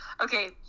Okay